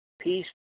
Peace